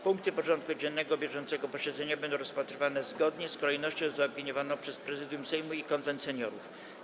Punkty porządku dziennego bieżącego posiedzenia będą rozpatrywane zgodnie z kolejnością zaopiniowaną przez Prezydium Sejmu i Konwent Seniorów.